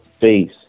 face